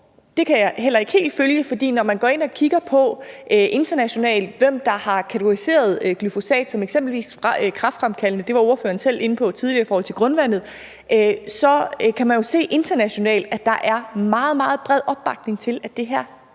det kan jeg heller ikke helt følge. For når man går ind og kigger på, hvem der internationalt har kategoriseret glyfosat som eksempelvis kræftfremkaldende – det var ordføreren selv inde på tidligere i forhold til grundvandet – så kan man jo se, at der internationalt er meget, meget bred opbakning til, at det her